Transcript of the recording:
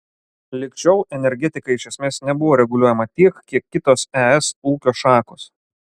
lig šiol energetika iš esmės nebuvo reguliuojama tiek kiek kitos es ūkio šakos